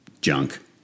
junk